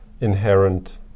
inherent